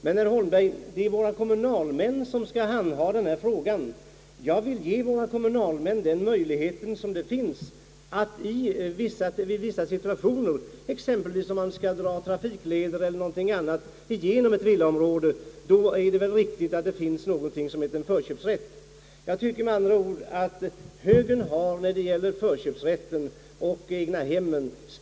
Det är emellertid våra kommunalmän som skall handha förköpsrätten, och jag vill ge kommunalmännen möjlighet att i vissa situationer, exempelvis om det skall dras en trafikled genom ett villaområde, utnyttja en förköpsrätt. Jag tycker att högern har spelat en dubbelroll när det gäller förköpsrätten och egnahemmen.